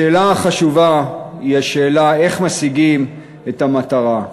השאלה החשובה היא השאלה איך משיגים את המטרה.